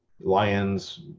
lions